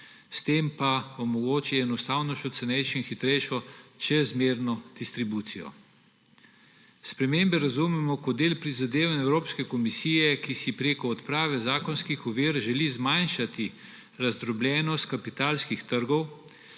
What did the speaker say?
s tem pa omogočiti enostavnejšo, cenejšo in hitrejšo čezmerno distribucijo. Spremembe razumemo kot del prizadevanj Evropske komisije, ki si preko odprave zakonskih ovir želi zmanjšati razdrobljenost kapitalskih trgov,